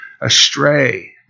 astray